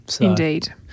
Indeed